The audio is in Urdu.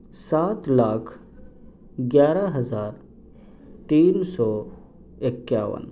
سات لاکھ گیارہ ہزار تین سو اکیاون